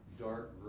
dark